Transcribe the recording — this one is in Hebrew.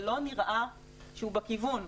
שלא נראה שהוא בכיוון.